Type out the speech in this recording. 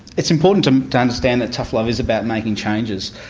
it's important to um to understand that tough love is about making changes.